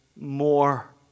More